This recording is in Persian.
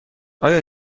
آیا